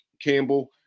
Campbell